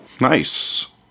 Nice